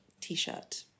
T-shirt